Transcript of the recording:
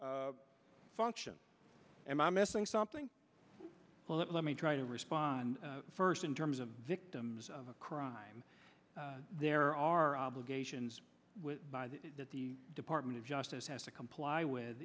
be function and i'm missing something well let let me try to respond first in terms of victims of a crime there are obligations that the department of justice has to comply with